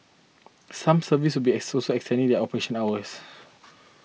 some service will be extending their operational hours